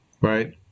right